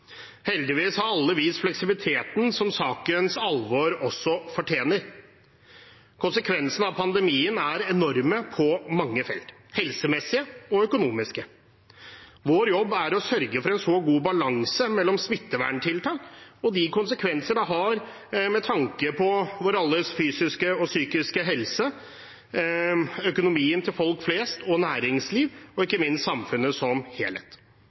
Heldigvis har alle vist fleksibiliteten som sakens alvor fortjener. Konsekvensene av pandemien er enorme på mange felt – helsemessige og økonomiske. Vår jobb er å sørge for en god balanse mellom smitteverntiltak og de konsekvenser det har med tanke på vår alles fysiske og psykiske helse, økonomien til folk flest og næringsliv og ikke minst samfunnet som helhet.